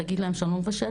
תגיד להם שאני לא מבשלת,